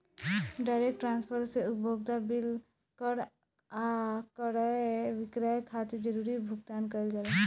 direct transfer से उपभोक्ता bill कर आ क्रय विक्रय खातिर जरूरी भुगतान कईल जाला